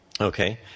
Okay